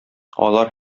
алар